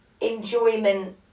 enjoyment